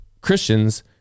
Christians